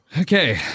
Okay